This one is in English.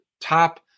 top